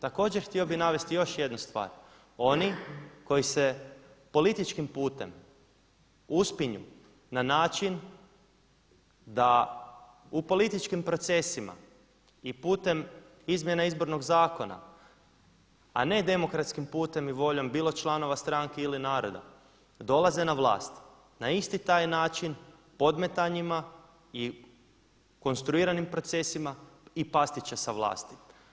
Također htio bi navesti još jednu stvar, oni koji se političkim putem uspinju na način da u političkim procesima i putem izmjena Izbornog zakona a ne demokratskim putem i voljom bilo članova stranke ili naroda dolaze na vlast na isti taj način podmetanjima i konstruiranim procesima i pasti će sa vlasti.